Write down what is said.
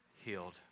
healed